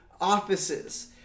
offices